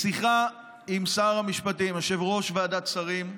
בשיחה עם שר המשפטים, יושב-ראש ועדת השרים,